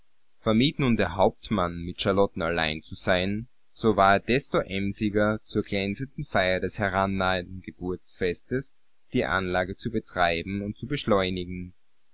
vermied nun der hauptmann mit charlotten allein zu sein so war er desto emsiger zur glänzenden feier des herannahenden geburtsfestes die anlagen zu betreiben und zu beschleunigen